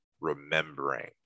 remembering